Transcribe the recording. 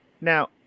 Now